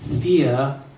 fear